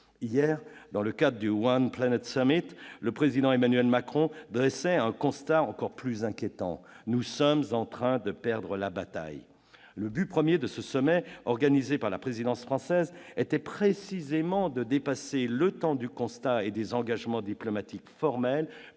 Hier, dans le cadre du, le Président Emmanuel Macron dressait un constat encore plus inquiétant :« Nous sommes en train de perdre la bataille. » Le but premier de ce sommet, organisé par la présidence française, était précisément de dépasser le temps du constat et des engagements diplomatiques formels,